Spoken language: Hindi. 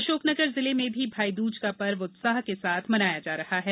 अशोक नगर जिले मे भी भाई दूज का पर्व उत्साह के साथ मनाया जा रहा है